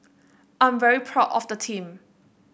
I'm very proud of the team